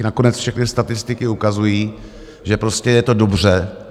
Nakonec všechny statistiky ukazují, že je to dobře.